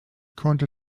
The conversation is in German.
konnte